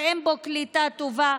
שאין בו קליטה טובה,